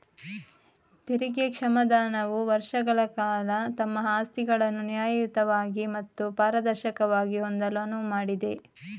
ತೆರಿಗೆ ಕ್ಷಮಾದಾನವು ವರ್ಷಗಳ ಕಾಲ ತಮ್ಮ ಆಸ್ತಿಗಳನ್ನು ನ್ಯಾಯಯುತವಾಗಿ ಮತ್ತು ಪಾರದರ್ಶಕವಾಗಿ ಹೊಂದಲು ಅನುವು ಮಾಡಿದೆ